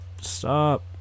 Stop